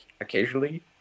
occasionally